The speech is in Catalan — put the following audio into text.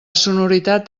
sonoritat